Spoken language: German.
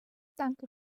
danke